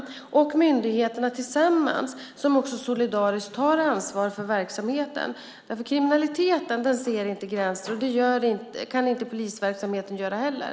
Myndigheterna ska tillsammans solidariskt ta ansvar för verksamheten. Kriminaliteten ser inte gränser, och det kan inte polisverksamheten göra heller.